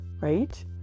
right